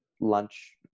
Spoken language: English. lunch